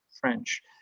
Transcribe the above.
French